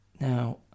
Now